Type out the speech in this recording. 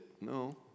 no